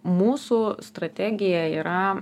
mūsų strategija yra